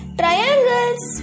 triangles